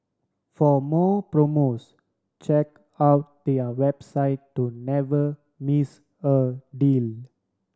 for more promos check out their website to never miss a deal